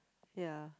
ya